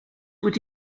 would